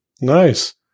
Nice